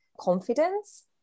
confidence